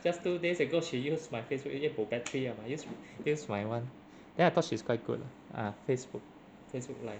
just two days ago she used my Facebook eh ji eh bo battery liao she used used my [one] then I thought she's quite good lah ah Facebook Facebook live